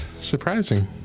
surprising